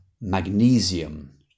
magnesium